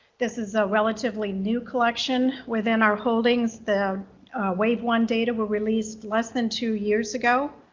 this is a relatively new collection within our holdings. the wave one data were released less than two years ago,